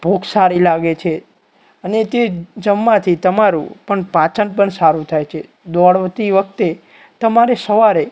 ભૂખ સારી લાગે છે અને તે જમવાથી તમારું પણ પાચન પણ સારું થાય છે દોડતી વખતે તમારે સવારે